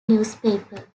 newspaper